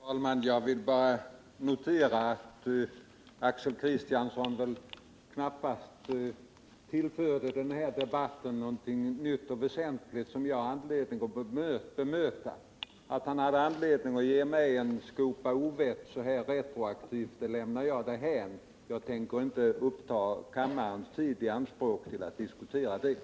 Herr talman! Jag vill bara notera att Axel Kristiansson väl knappast tillförde debatten någonting nytt och väsentligt som jag har anledning att bemöta. Att han gav mig en skopa ovett så här retroaktivt lämnar jag därhän. Jag tänker inte ta kammarens tid i anspråk med att diskutera det.